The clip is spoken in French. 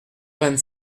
vingt